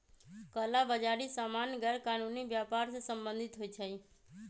कला बजारि सामान्य गैरकानूनी व्यापर से सम्बंधित होइ छइ